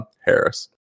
Harris